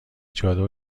چادر